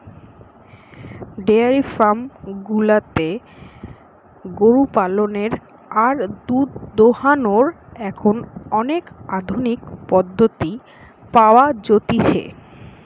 diary farm গুলাতে গরু পালনের আর দুধ দোহানোর এখন অনেক আধুনিক পদ্ধতি পাওয়া যতিছে